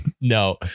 No